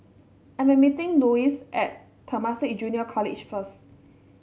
I'm meeting Lois at Temasek Junior College first